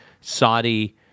Saudi